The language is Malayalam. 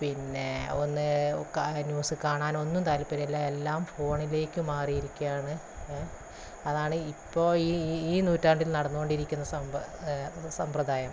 പിന്നേ ഒന്ന് ന്യൂസ് കാണാനോ ഒന്നും താല്പര്യമില്ല എല്ലാം ഫോണിലേക്ക് മാറിയിരിക്കുകയാണ് അതാണ് ഇപ്പോൾ ഈ ഈ നൂറ്റാണ്ടിൽ നടന്ന് കൊണ്ടിരിക്കുന്ന സമ്പ്രദായം